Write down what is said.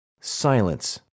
silence